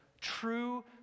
true